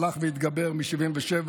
והלך והתגבר מ-1977